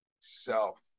self